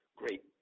great